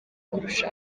kurusha